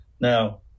Now